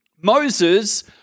Moses